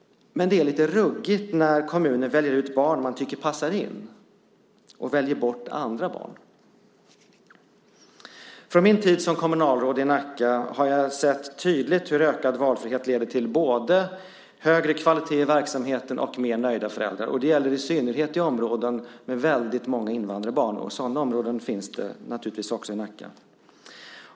Men det är lite ruggigt när kommuner väljer ut barn man tycker passar in och väljer bort andra barn. Under min tid som kommunalråd i Nacka har jag tydligt sett hur ökad valfrihet leder till både högre kvalitet i verksamheten och mer nöjda föräldrar. Det gäller i synnerhet i områden med väldigt många invandrarbarn. Sådana områden finns det naturligtvis också i Nacka.